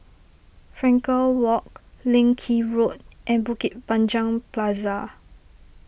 Frankel Walk Leng Kee Road and Bukit Panjang Plaza